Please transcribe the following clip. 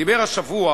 דיבר השבוע